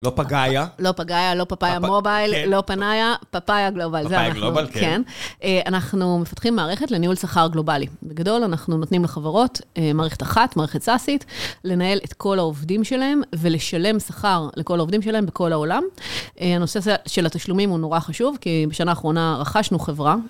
לא פגאיה, לא פאפאיה מובייל, לא פנאיה, פפאיה גלובל. פפאיה גלובל, כן. אנחנו מפתחים מערכת לניהול שכר גלובלי. בגדול, אנחנו נותנים לחברות מערכת אחת, מערכת סאסית, לנהל את כל העובדים שלהם ולשלם שכר לכל העובדים שלהם בכל העולם. הנושא של התשלומים הוא נורא חשוב, כי בשנה האחרונה רכשנו חברה.